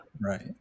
right